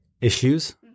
issues